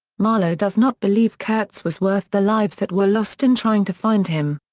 marlow does not believe kurtz was worth the lives that were lost in trying to find him.